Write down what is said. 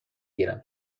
گیرم